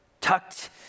tucked